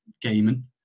gaming